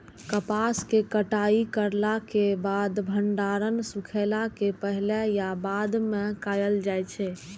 कपास के कटाई करला के बाद भंडारण सुखेला के पहले या बाद में कायल जाय छै?